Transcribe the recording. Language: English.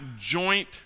joint